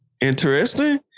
interesting